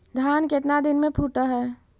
धान केतना दिन में फुट है?